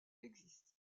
existent